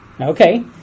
Okay